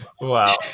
wow